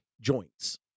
joints